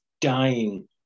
dying